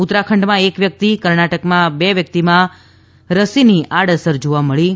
ઉત્તરાખંડમાં એક વ્યક્તિ કર્ણાટકમાં બે વ્યક્તિમાં રસની આડઅસર જોવા મળી છે